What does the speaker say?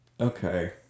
okay